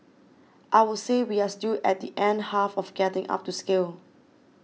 I would say we are still at the end half of getting up to scale